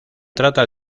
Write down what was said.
trata